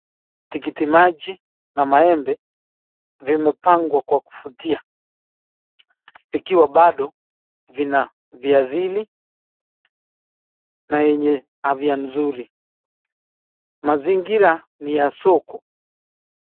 Tikiti maji na maembe vimepangwa kwa kuvutia vikiwa bado vina viasili na yenye afya mzuri, mazingira ni ya soko.